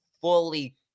fully